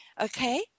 okay